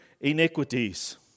iniquities